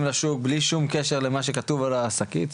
לשוק בלי שום קשר למה שכתוב על השקית,